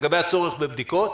לגבי הצורך בבדיקות,